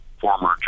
former